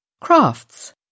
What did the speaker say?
Crafts